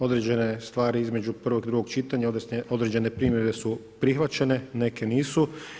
Određene stvari između prvog i drugog čitanja, određene primjedbe su prihvaćene, neke nisu.